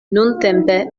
nuntempe